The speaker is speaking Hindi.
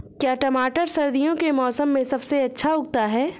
क्या टमाटर सर्दियों के मौसम में सबसे अच्छा उगता है?